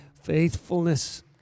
faithfulness